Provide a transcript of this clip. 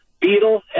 beetle